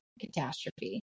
catastrophe